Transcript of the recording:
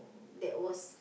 that was